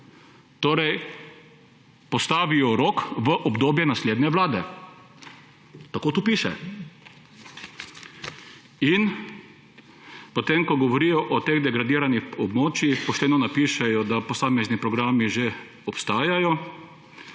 Torej, postavijo rok v obdobje naslednje vlade. Tako tu piše. In potem ko govorijo o teh degradiranih območjih, pošteno napišejo, da posamezni programi že obstajajo,